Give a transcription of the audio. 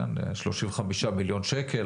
35 מיליון שקל,